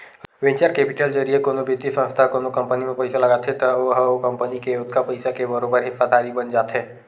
venture capital जरिए कोनो बित्तीय संस्था ह कोनो कंपनी म पइसा लगाथे त ओहा ओ कंपनी के ओतका पइसा के बरोबर हिस्सादारी बन जाथे